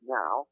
now